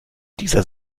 dieser